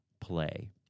play